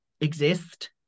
exist